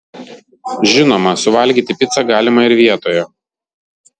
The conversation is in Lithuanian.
žinoma suvalgyti picą galima ir vietoje